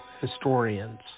historians